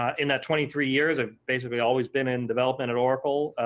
in that twenty three years i've basically always been in development at oracle.